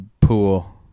pool